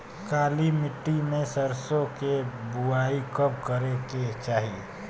काली मिट्टी में सरसों के बुआई कब करे के चाही?